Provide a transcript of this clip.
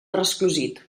resclosit